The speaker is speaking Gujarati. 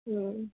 હમ